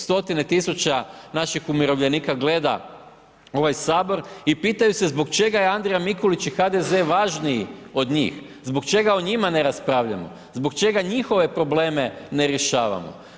Stotine tisuća naših umirovljenika gleda ovaj Sabor i pitaju se zbog čega je Andrija Mikulić i HDZ važniji od njih, zbog čega o njima ne raspravljamo, zbog čega njihove probleme ne rješavamo.